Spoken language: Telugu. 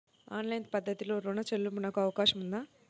ఆన్లైన్ పద్ధతిలో రుణ చెల్లింపునకు అవకాశం ఉందా?